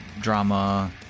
drama